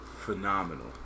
phenomenal